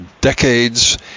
decades